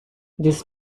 this